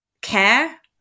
care